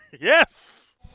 Yes